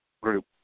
group